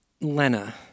Lena